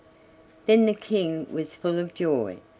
then the king was full of joy,